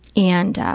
and